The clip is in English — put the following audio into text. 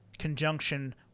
conjunction